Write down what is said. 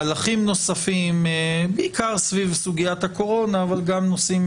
מהלכים נוספים - בעיקר סביב סוגיית הקורונה אבל גם נושאים